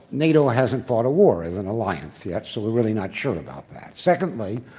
nato hasn't fought a war as an alliance yet, so we're really not sure about that. secondly,